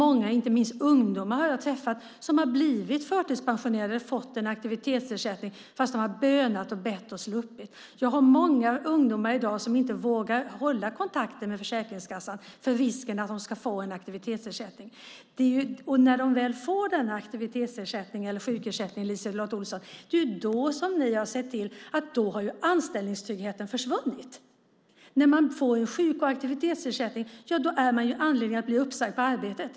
Jag har träffat många, inte minst unga, som har blivit förtidspensionerade och fått en aktivitetsersättning, fastän de har bett och bönat för att slippa. Jag vet många ungdomar i dag som inte vågar hålla kontakten med Försäkringskassan för risken att de ska få en aktivitetsersättning. När de väl får en aktivitets eller sjukersättning har ni sett till att anställningstryggheten har försvunnit. När man får en sjuk och aktivitetsersättning finns det anledning att bli uppsagd på arbetet.